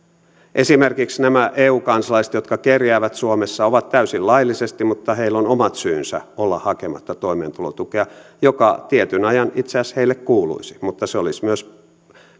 esimerkiksi eu kansalaiset jotka kerjäävät suomessa ovat täysin laillisesti mutta heillä on omat syynsä olla hakematta toimeentulotukea joka tietyn ajan itse asiassa heille kuuluisi mutta se olisi myös